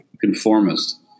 conformist